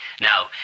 Now